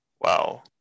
wow